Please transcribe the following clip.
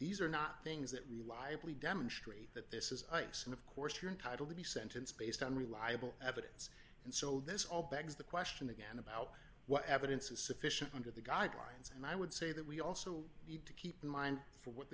these are not things that reliably demonstrate that this is ice and of course you're entitled to be sentenced based on reliable evidence and so this all begs the question again about what evidence is sufficient under the guidelines and i would say that we also need to keep in mind